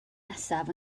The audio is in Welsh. nesaf